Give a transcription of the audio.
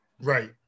Right